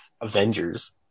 Avengers